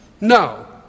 No